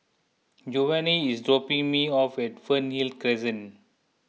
Jovany is dropping me off at Fernhill Crescent